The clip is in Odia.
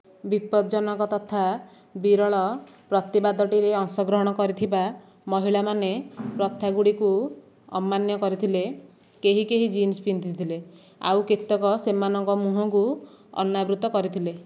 ବିପଜ୍ଜନକ ତଥା ବିରଳ ପ୍ରତିବାଦଟିରେ ଅଂଶଗ୍ରହଣ କରିଥିବା ମହିଳାମାନେ ପ୍ରଥାଗୁଡ଼ିକୁ ଅମାନ୍ୟ କରିଥିଲେ କେହି କେହି ଜିନ୍ସ୍ ପିନ୍ଧିଥିଲେ ଆଉ କେତେକ ସେମାନଙ୍କ ମୁହଁକୁ ଅନାବୃତ କରିଥିଲେ